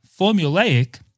formulaic